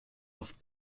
off